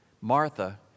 Martha